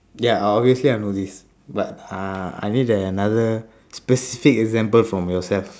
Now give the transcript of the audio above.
ya obviously I know this but uh I need the another specific example from yourself